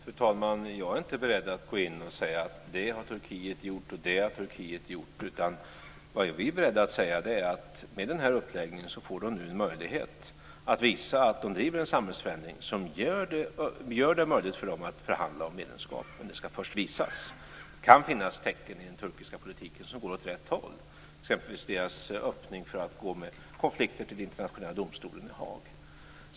Fru talman! Jag är inte beredd att gå in och säga att det har Turkiet gjort, och det har Turkiet gjort. Med den här uppläggningen får de nu en möjlighet att visa att de driver en samhällsförändring som gör det möjligt för dem att förhandla om medlemskap, men det ska först visas. Det kan finnas tecken i den turkiska politiken som går åt rätt håll, exempelvis deras öppning för att gå med konflikter till Internationella domstolen i Haag.